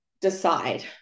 decide